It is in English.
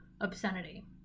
obscenity